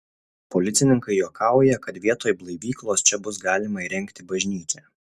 policininkai juokauja kad vietoj blaivyklos čia bus galima įrengti bažnyčią